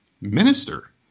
minister